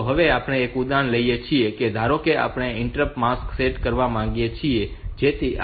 તો હવે આપણે એક ઉદાહરણ લઈએ છીએ કે ધારો કે આપણે ઇન્ટરપ્ટ માસ્ક સેટ કરવા માંગીએ છીએ જેથી આ 5